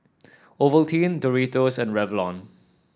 Ovaltine Doritos and Revlon